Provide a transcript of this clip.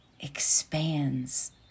expands